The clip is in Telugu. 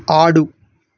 ఆడు